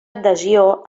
adhesió